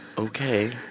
Okay